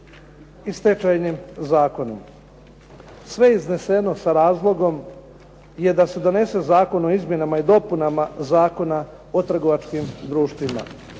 i Stečajnim zakonom. Sve izneseno je sa razlogom je da se donese zakon o izmjenama i dopunama Zakona o trgovačkim društvima.